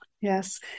yes